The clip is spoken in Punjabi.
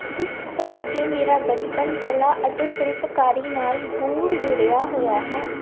ਜਿਸ ਕਰਕੇ ਮੇਰਾ ਬਚਪਨ ਕਲਾ ਅਤੇ ਸ਼ਿਲਪਕਾਰੀ ਨਾਲ ਗੂੜ੍ਹ ਜੁੜ੍ਹਿਆ ਹੋਇਆ ਹੈ